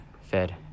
fed